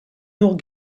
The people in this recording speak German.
nur